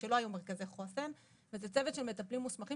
כשלא היו מרכזי חוסן וזה צוות של מטפלים מוסמכים